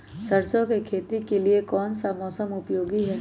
सरसो की खेती के लिए कौन सा मौसम उपयोगी है?